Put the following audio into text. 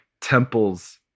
temples